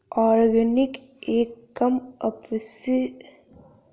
organic एक कम अपशिष्ट प्रणाली है जो मात्रा से अधिक गुणवत्ता पर जोर देती है